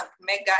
mega